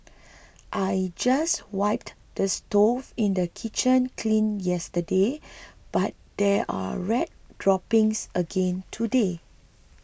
I just wiped the stove in the kitchen clean yesterday but there are rat droppings again today